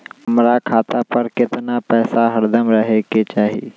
हमरा खाता पर केतना पैसा हरदम रहे के चाहि?